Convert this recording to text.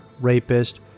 rapist